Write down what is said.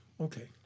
okay